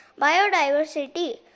Biodiversity